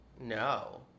No